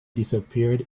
disappeared